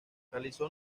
realizó